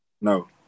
no